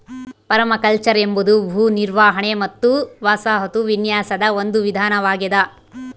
permaculture ಎಂಬುದು ಭೂ ನಿರ್ವಹಣೆ ಮತ್ತು ವಸಾಹತು ವಿನ್ಯಾಸದ ಒಂದು ವಿಧಾನವಾಗೆದ